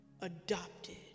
adopted